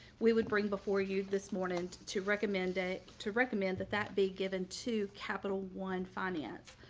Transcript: we would bring before you this morning to to recommend it to recommend that that be given to capital one finance,